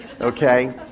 okay